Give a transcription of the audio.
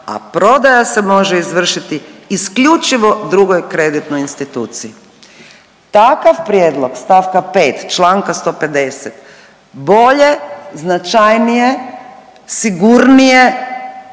a prodaja se može izvršiti isključivo drugoj kreditnoj instituciji. Takav prijedlog st. 5. čl. 150. bolje, značajnije, sigurnije